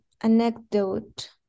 anecdote